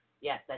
yes